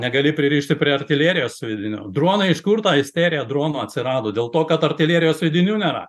o negali pririšti prie artilerijos sviedinio dronai kur ta isterija dronų atsirado dėl to kad artilerijos sviedinių nėra